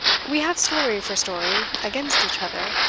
we have story for story against each other,